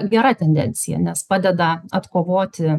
gera tendencija nes padeda atkovoti